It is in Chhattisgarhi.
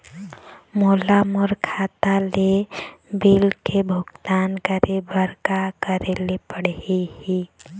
मोला मोर खाता ले बिल के भुगतान करे बर का करेले पड़ही ही?